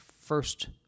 first